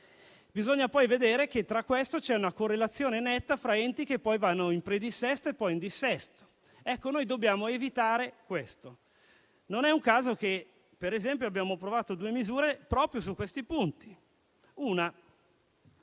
Bisogna poi vedere che c'è una correlazione netta fra enti che vanno in predissesto e poi in dissesto: noi dobbiamo evitare questo. Non è un caso che, per esempio, abbiamo approvato due misure proprio su questi punti. Mi